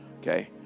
Okay